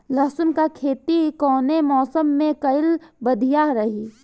लहसुन क खेती कवने मौसम में कइल बढ़िया रही?